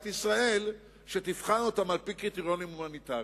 ישראל שתבחן אותם לפי קריטריונים הומניטריים.